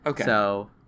okay